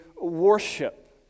worship